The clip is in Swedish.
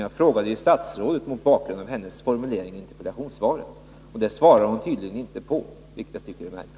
Jag frågade statsrådet mot bakgrund av hennes formulering i interpellationssvaret. Den frågan svarade hon tydligen inte på, vilket jag tycker är märkligt.